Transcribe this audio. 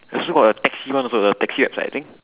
still got the taxi one also the taxi website I think